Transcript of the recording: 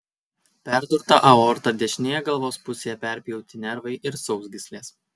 perdurta aorta dešinėje galvos pusėje perpjauti nervai ir sausgyslės